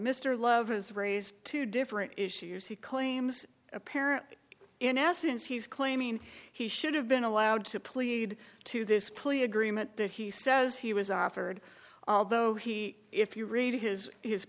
mr love has raised two different issues he claims a parent in essence he's claiming he should have been allowed to plead to this plea agreement that he says he was offered although he if you read his his